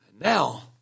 Now